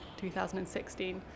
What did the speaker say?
2016